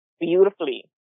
beautifully